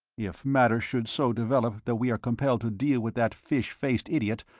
if matters should so develop that we are compelled to deal with that fish-faced idiot,